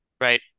right